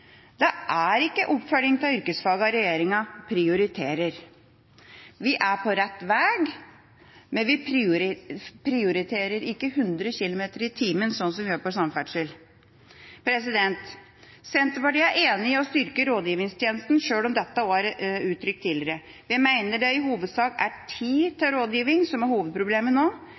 Det er ikke oppfølging av yrkesfagene regjeringa prioriterer. Vi er på rett vei, men vi prioriterer ikke 100 km/t, sånn som en gjør på samferdsel. Senterpartiet er enig i at en skal styrke rådgivningstjenesten, sjøl om dette også er uttrykt tidligere. Vi mener det i hovedsak er tid